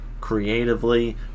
creatively